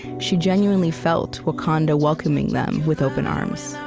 she genuinely felt wakanda welcoming them with open arms